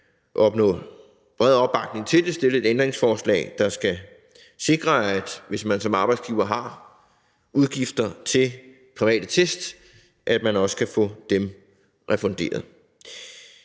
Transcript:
kan opnå bred opbakning til det, stille et ændringsforslag, der skal sikre, at hvis man som arbejdsgiver har udgifter til private test, så kan man også få dem refunderet.